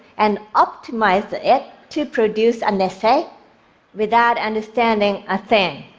and optimized it to produce an essay without understanding a thing.